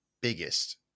biggest